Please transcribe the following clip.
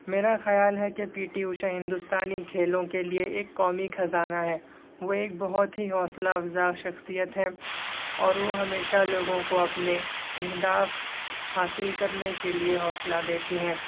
میرا خیال ہے کہ پی ٹی اوشا ہندوستانی کھیلوں کے لیے ایک قومی خزانہ ہے وہ ایک بہت ہی حوصلہ افزا شخصیت ہیں اور وہ ہمیشہ لوگوں کو اپنے اہداف حاصل کرنے کے لیے حوصلہ دیتی ہیں